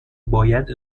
باید